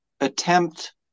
attempt